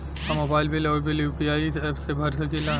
हम mobile bill और bill UPI app से भर सकिला